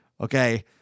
Okay